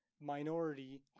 minority